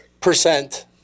percent